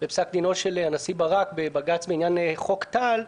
בפסק דינו של הנשיא ברק בבג"ץ בעניין חוק טל,